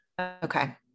Okay